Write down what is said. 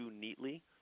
neatly